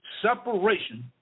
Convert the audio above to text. separation